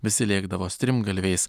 visi lėkdavo strimgalviais